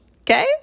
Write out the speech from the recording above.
Okay